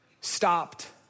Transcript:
stopped